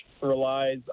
relies